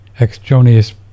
extraneous